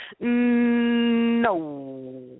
no